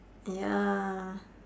ya